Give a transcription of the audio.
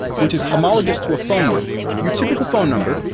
which is homologous to a phone number. your typical phone number,